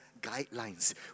guidelines